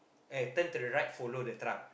eh turn to the right follow the truck